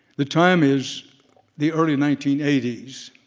the time is the early nineteen eighty s,